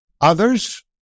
others